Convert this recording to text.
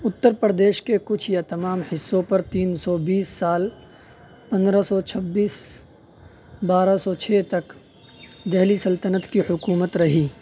اتّر پردیش کے کچھ یا تمام حصوں پر تین سو بیس سال پندرہ سو چھبیس بارہ سو چھ تک دلی سلطنت کی حکومت رہی